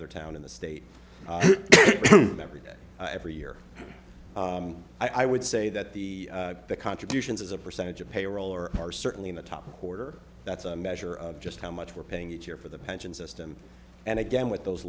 other town in the state every day every year i would say that the contributions as a percentage of payroll or are certainly in the top quarter that's a measure of just how much we're paying each year for the pension system and again with those